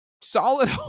solid